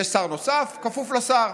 יש שר נוסף, כפוף לשר.